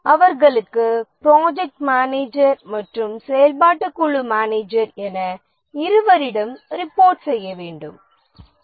அவர்களுக்கு project manager மற்றும் செயல்பாட்டுக் குழு மேனேஜர் என இருவரிடம் ரிபோர்ட் செய்ய வேண்டும